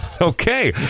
Okay